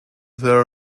there